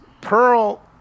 Pearl